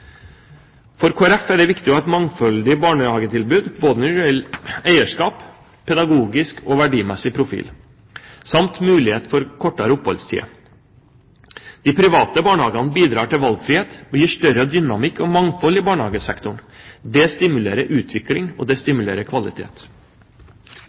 Kristelig Folkeparti er det viktig å ha et mangfoldig barnehagetilbud både når det gjelder eierskap, pedagogisk og verdimessig profil samt mulighet for kortere oppholdstid. De private barnehagene bidrar til valgfrihet og gir større dynamikk og mangfold i barnehagesektoren. Det stimulerer til utvikling, det